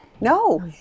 No